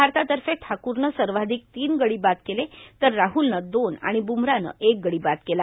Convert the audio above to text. भारतातर्फे ठाकूरनं सर्वाधिक तीन गडी बाद केले तर राहूलनं दोन आणि ब्रमरानं एक गडी बाद केला